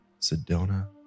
Sedona